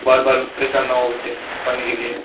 बार बार परेशान ना हों बच्चे पानी के लिए